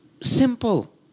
simple